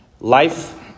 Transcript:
Life